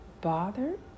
bothered